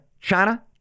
China